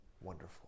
wonderful